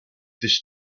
this